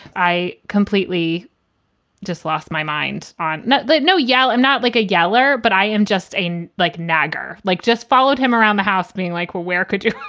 i completely just lost my mind on that. no, yeah. i'm not like a yeller, but i am just in, like, nagger, like, just followed him around the house being like, well, where could you